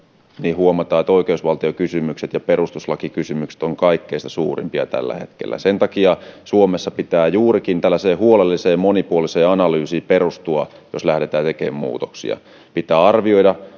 niin huomataan että oikeusvaltiokysymykset ja perustuslakikysymykset ovat kaikista suurimpia tällä hetkellä sen takia sen pitää suomessa perustua juurikin tällaiseen huolelliseen monipuoliseen analyysiin jos lähdetään tekemään muutoksia pitää arvioida